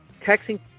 texting